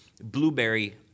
blueberry